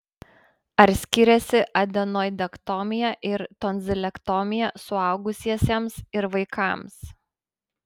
ar skiriasi adenoidektomija ir tonzilektomija suaugusiesiems ir vaikams